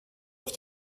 auf